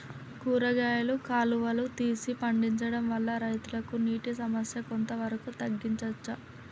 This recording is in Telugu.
కూరగాయలు కాలువలు తీసి పండించడం వల్ల రైతులకు నీటి సమస్య కొంత వరకు తగ్గించచ్చా?